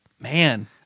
man